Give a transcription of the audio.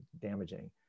damaging